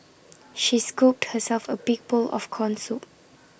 she scooped herself A big bowl of Corn Soup